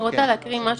אז אני רוצה לשמוע,